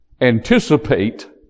anticipate